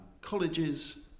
Colleges